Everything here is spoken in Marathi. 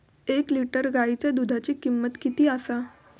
एक लिटर गायीच्या दुधाची किमंत किती आसा?